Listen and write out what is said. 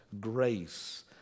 grace